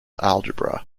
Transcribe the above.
algebra